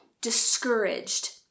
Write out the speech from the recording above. discouraged